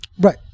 Right